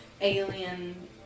alien